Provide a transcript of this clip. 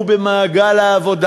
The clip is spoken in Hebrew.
ישולבו כל הקהלים האלה במעגל העבודה,